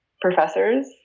professors